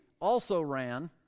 also-ran